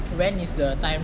when is the time